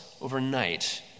overnight